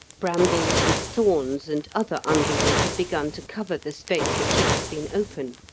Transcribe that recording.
brambles and thorns and other underwood had begun to cover the space that should have been open,